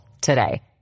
today